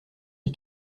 dis